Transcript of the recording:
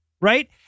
right